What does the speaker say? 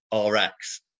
rx